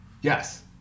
Yes